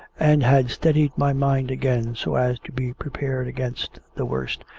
and had steadied my mind again so as to be prepared against the worst,